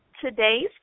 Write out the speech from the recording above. Today's